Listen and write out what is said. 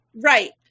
Right